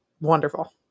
wonderful